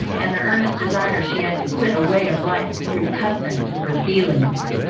and the earnest desire she had to quit a way of life so repugnant to her feelings.